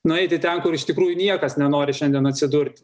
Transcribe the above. nueiti ten kur iš tikrųjų niekas nenori šiandien atsidurt